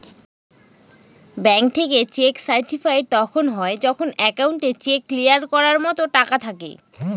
bank থেকে cheque certified তখন হয় যখন একাউন্টে চেক ক্লিয়ার করার মতো টাকা থাকে